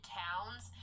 towns